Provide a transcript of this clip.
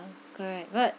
okay but